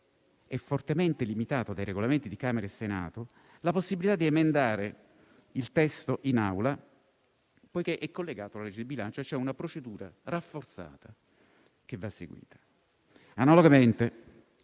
è fortemente limitata dai Regolamenti di Camera e Senato la possibilità di emendare il testo in Aula, essendo collegato alla legge di bilancio, per cui c'è una procedura rafforzata, che va seguita. Analogamente,